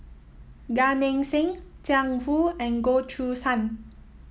Gan Eng Seng Jiang Hu and Goh Choo San